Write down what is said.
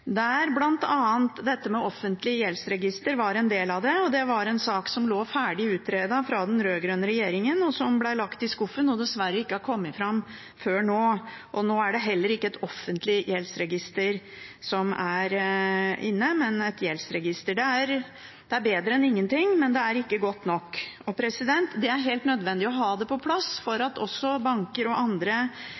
der bl.a. dette med et offentlig gjeldsregister var en del av det. Det var en sak som var ferdig utredet av den rød-grønne regjeringen, men som ble lagt i skuffen, og som dessverre ikke har kommet fram før nå. Men nå er det ikke et forslag om et offentlig gjeldsregister som foreligger, men et gjeldsregister. Det er bedre enn ingenting, men det er ikke godt nok. Det er helt nødvendig å få det på plass, slik at også banker og andre